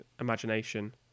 imagination